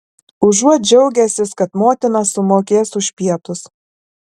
užuot džiaugęsis kad motina sumokės už pietus